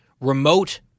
remote